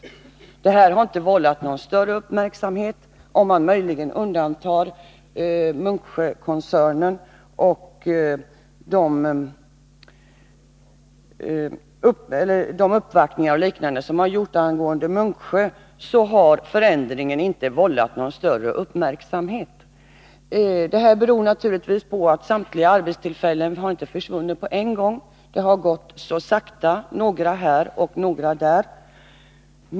Denna förändring har inte väckt någon större uppmärksamhet, möjligen med undantag för de uppvaktningar och liknande som gjordes angående Munksjö. Att förhållandena inte uppmärksammats beror naturligtvis på att samtliga arbetstillfällen inte försvunnit på en gång. Det har gått så sakta — några här och några där.